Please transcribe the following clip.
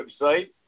website